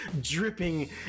dripping